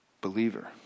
believer